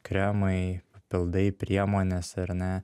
kremai papildai priemonės ar ne